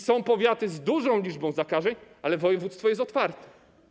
Są też powiaty z dużą liczbą zakażeń, ale województwo jest otwarte.